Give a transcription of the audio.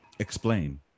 Explain